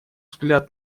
взгляд